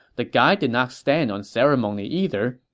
the guy did not stand on ceremony either,